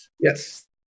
Yes